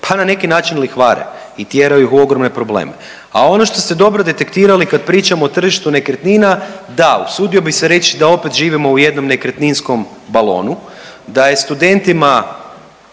pa na neki način lihvare i tjeraju ih u ogromne probleme. A ono što ste dobro detektirali kad pričamo o tržištu nekretnina da usudio bih se reći da opet živimo u jednom nekretninskom balonu, da je studentima